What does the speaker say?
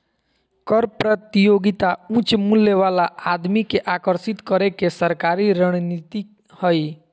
कर प्रतियोगिता उच्च मूल्य वाला आदमी के आकर्षित करे के सरकारी रणनीति हइ